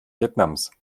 vietnams